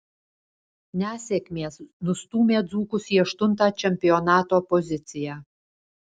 nesėkmės nustūmė dzūkus į aštuntą čempionato poziciją